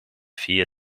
vier